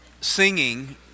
singing